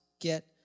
get